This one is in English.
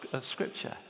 scripture